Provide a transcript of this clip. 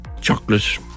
chocolate